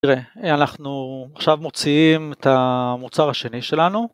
תראה, אנחנו עכשיו מוציאים את המוצר השני שלנו.